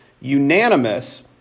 unanimous